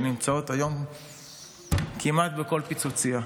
שנמצאות כיום כמעט בכל פיצוצייה.